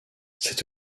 c’est